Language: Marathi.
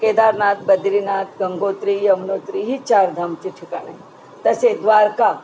केदारनाथ बद्रीनाथ गंगोत्री यमनोत्री ही चारधामची ठिकाणं आहेत तसे द्वारका